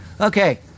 Okay